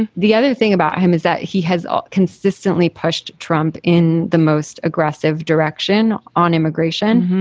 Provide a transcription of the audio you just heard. and the other thing about him is that he has ah consistently pushed trump in the most aggressive direction on immigration.